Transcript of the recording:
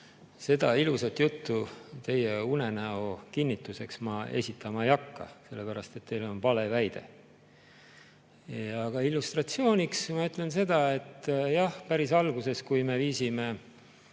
Seda ilusat juttu teie unenäo kinnituseks ma esitama ei hakka, sellepärast et teil on vale väide. Aga illustratsiooniks ma ütlen seda, et jah, päris alguses, kui me viisime